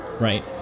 Right